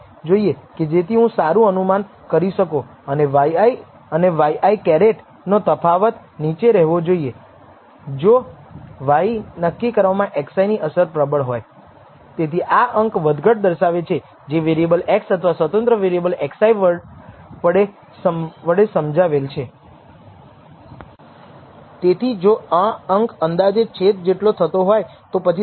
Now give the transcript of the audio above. પરંતુ તે પણ તમને કહે છે કે આ પરિમાણ કે જે ઇન્ટરસેપ્ટનું S β̂₀ છે તેનું આ સ્ટાન્ડર્ડ ડેવિએશન અંદાજિત સ્ટાન્ડર્ડ ડેવિએશન શું છે તે તમને એ પણ કહેશે કે β1 માટે આ અંદાજનું સ્ટાન્ડર્ડ ડેવિએશન શું છે જે તમામ 0